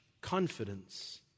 confidence